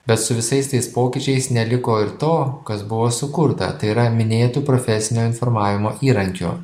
bet su visais tais pokyčiais neliko ir to kas buvo sukurta tai yra minėt profesinio informavimo įrankių